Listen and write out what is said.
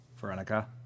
Veronica